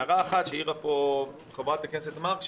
הערה אחת שהעירה כאן חברת הכנסת מארק,